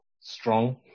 strong